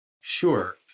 Sure